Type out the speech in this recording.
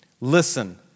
Listen